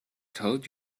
told